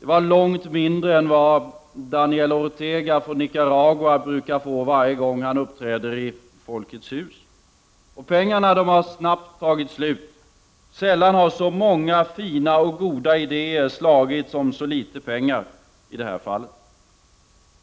Det var långt mindre än vad Daniel Ortega från Nicaragua brukar få varje gång han uppträder i Folkets hus. Pengarna har snabbt tagit slut. Sällan har så många fina och goda idéer slagits om så litet pengar som i detta fall.